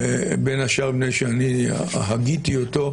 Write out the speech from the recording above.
בין השאר מפני שאני הגיתי אותו,